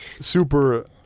super